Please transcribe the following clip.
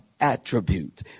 attribute